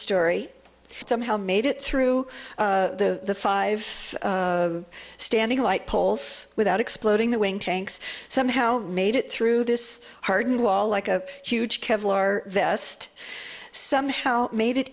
story it somehow made it through the five standing light poles without exploding the wing tanks somehow made it through this hardened wall like a huge kevlar vest somehow made